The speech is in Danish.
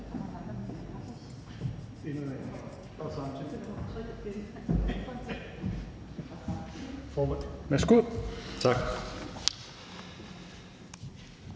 Tak.